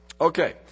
Okay